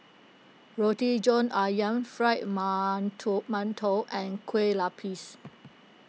Roti John Ayam Fried Mantou Mantou and Kueh Lupis